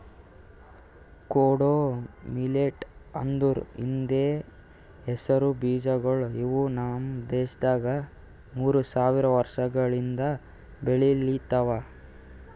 ಕೊಡೋ ಮಿಲ್ಲೆಟ್ ಅಂದುರ್ ಹಿಂದಿ ಹೆಸರು ಬೀಜಗೊಳ್ ಇವು ನಮ್ ದೇಶದಾಗ್ ಮೂರು ಸಾವಿರ ವರ್ಷಗೊಳಿಂದ್ ಬೆಳಿಲಿತ್ತಾರ್